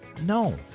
no